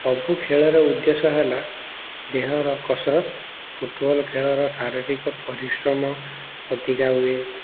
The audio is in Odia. ସବୁ ଖେଳର ଉଦ୍ଦେଶ୍ୟ ହେଲା ଦେହର କସରତ ଫୁଟବଲ୍ ଖେଳର ଶାରୀରିକ ପରିଶ୍ରମ ଅଧିକା ହୁଏ